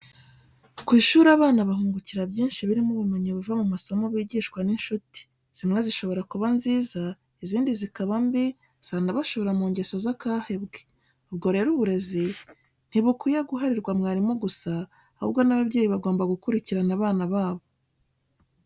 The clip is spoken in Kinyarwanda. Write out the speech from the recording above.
Ku ishuri abana bahungukira byinshi birimo ubumenyi buva mu masomo bigishwa n'incuti, zimwe zishobora kuba nziza izindi zikaba mbi zanabashora mu ngeso z'akahebwe, ubwo rero uburezi ntibukwiye guharirwa mwarimu gusa, ahubwo n'ababyeyi bagomba gukurikirana abana babo.